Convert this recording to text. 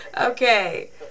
okay